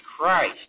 Christ